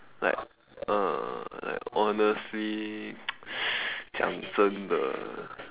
like uh like honestly 讲真的